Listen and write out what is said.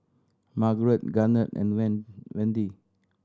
Margrett Garnet and Won Wende